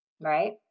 right